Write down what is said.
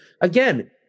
again